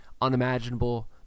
unimaginable